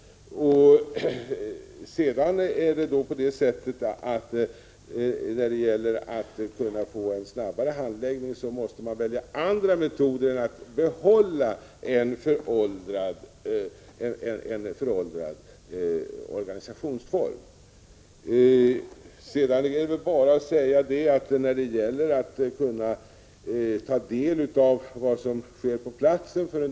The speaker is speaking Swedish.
För att åstadkomma en snabbare handläggning måste man välja andra metoder än att bibehålla en föråldrad organisationsform. Sedan är det väl bara att säga att det finns metoder för en domstol att även ta del av vad som sker på platsen.